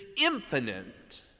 infinite